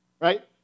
right